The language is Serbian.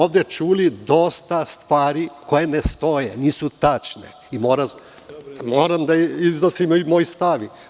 Ovde smo čuli dosta stvari koje ne stoje, nisu tačne i moram da iznesem svoj stav.